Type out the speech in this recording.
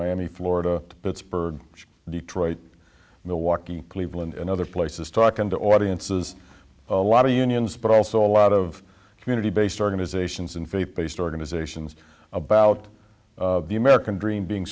miami florida to pittsburgh detroit milwaukee cleveland and other places talking to audiences a lot of unions but also a lot of community based organizations and faith based organizations about the american dream being